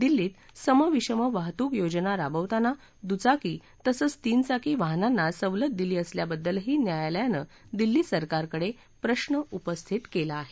दिल्लीत सम विषम वाहतूक योजना राबवताना दुवाकी तसंच तीन चाकी वाहनांना सवलत दिली असल्याबद्दलही न्यायालयानं दिल्ली सरकारकडे प्रश्न उपस्थित केला आहे